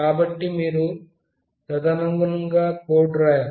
కాబట్టిమీరు తదనుగుణంగా కోడ్ రాయలి